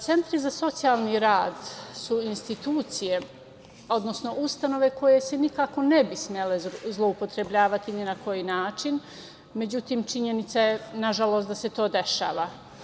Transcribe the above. Centri za socijalni rad su institucije, odnosno ustanove koje se nikako ne bi smele zloupotrebljavati ni na koji način, međutim činjenica je nažalost da se to dešava.